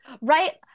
right